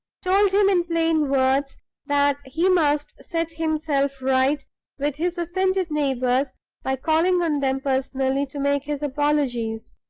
told him in plain words that he must set himself right with his offended neighbors by calling on them personally to make his apologies.